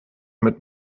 mit